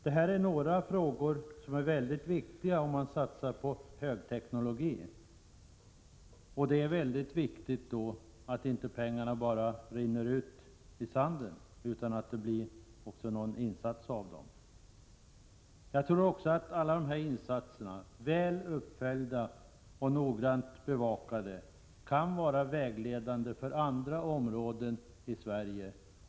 Det här är några frågor som är viktiga om man satsar på högteknologi; det är då viktigt att pengarna inte bara rinner ut i sanden utan att det också blir något resultat. Jag tror också att alla dessa insatser, väl uppföljda och noggrant studerade kan vara vägledande för andra områden i Sverige.